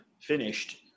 finished